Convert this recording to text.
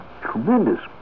tremendous